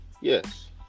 Yes